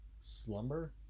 Slumber